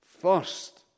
First